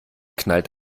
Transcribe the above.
knallt